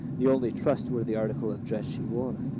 the only trustworthy article of dress she wore.